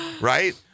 right